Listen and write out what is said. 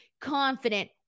confident